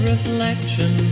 Reflection